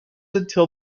until